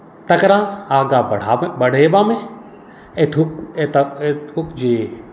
तकरा आगा बढ़यबामे एतुक जे